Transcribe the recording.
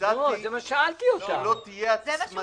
הצעתי שלא תהיה הצמדה.